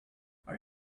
are